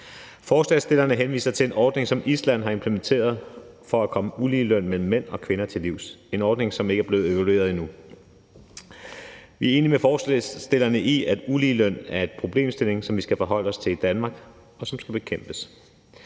Forslagsstillerne henviser til en ordning, som Island har implementeret for at komme uligelønnen mellem mænd og kvinder til livs, en ordning, som endnu ikke er blevet evalueret. Vi er enige med forslagsstillerne i, at uligeløn er en problemstilling, som vi skal forholde os til i Danmark, og som skal bekæmpes.